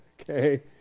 okay